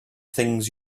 things